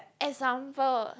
example